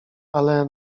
ale